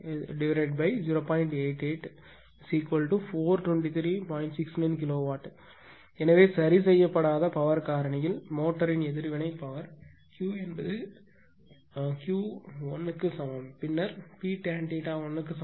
69 kW எனவே சரி செய்யப்படாத பவர் காரணியில் மோட்டரின் எதிர்வினை பவர் Q என்பது Ql க்கு சமம் பி டான் θ1 க்கு சமம்